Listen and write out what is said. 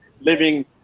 living